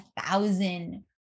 thousand